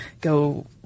go